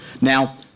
Now